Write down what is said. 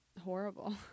horrible